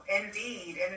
Indeed